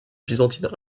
byzantine